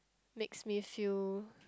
makes me feel